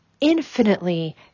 infinitely